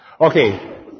Okay